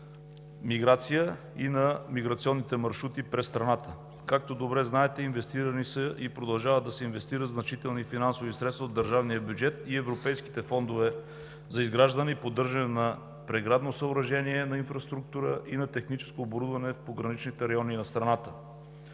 миграция и на миграционните маршрути през страната. Както добре знаете, инвестирани са и продължават да се инвестират значителни финансови средства от държавния бюджет и европейските фондове за изграждане и поддържане на преградно съоръжение на инфраструктура и на техническо оборудване в пограничните райони на страната.